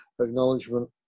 acknowledgement